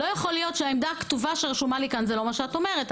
לא יכול להיות שהעמדה שכתובה לי כאן זה לא מה שאת אומרת.